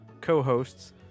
co-hosts